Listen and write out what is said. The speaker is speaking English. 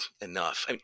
enough